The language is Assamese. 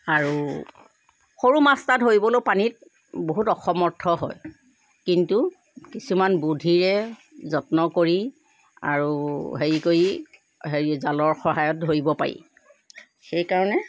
আৰু সৰু মাছ এটা ধৰিবলৈ পানীত বহুত অসমৰ্থ হয় কিন্তু কিছুমান বুদ্ধিৰে যত্ন কৰি আৰু হেৰি কৰি হেৰি জালৰ সহায়ত ধৰিব পাৰি সেইকাৰণে